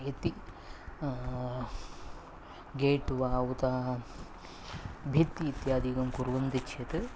यति गेट् वा उत भित्तिः इत्यादिकं कुर्वन्ति चेत्